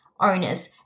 owners